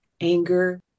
anger